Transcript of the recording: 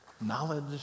knowledge